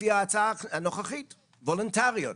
לפי ההצעה הנוכחית, הן וולונטריות.